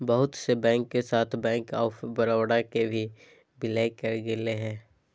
बहुत से बैंक के साथ बैंक आफ बडौदा के भी विलय करेल गेलय हें